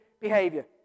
behavior